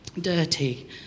dirty